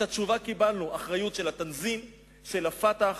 את התשובה קיבלנו, אחריות של ה"תנזים", של ה"פתח",